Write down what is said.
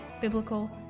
biblical